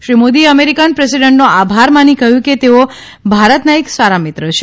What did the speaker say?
શ્રી મોદીએ મેરિકન પ્રેસિડન્ટનો આભાર માની કહ્યું કે તેઓ ભારતના એક સારા મિત્ર છે